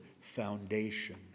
foundation